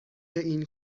این